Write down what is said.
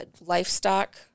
livestock